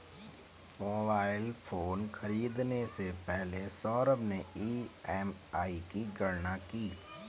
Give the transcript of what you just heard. mobile phone खरीदने से पहले सौरभ ने ई.एम.आई की गणना की